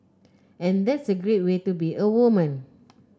and that's a great way to be a woman